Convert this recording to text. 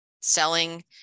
selling